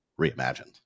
reimagined